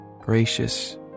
gracious